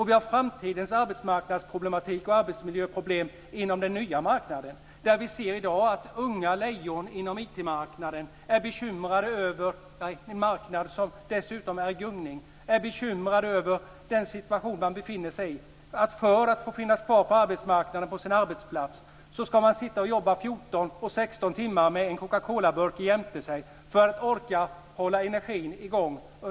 Vi har framtidens arbetsmarknads och arbetsmiljöproblem inom den nya marknaden. Vi ser i dag att unga lejon inom IT-marknaden är bekymrade över en marknad i gungning och att för att finnas kvar på arbetsplatsen ska de sitta och jobba 14-16 timmar med en Coca-Colaburk jämte sig för att orka hålla energin i gång.